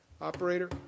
Operator